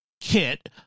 Kit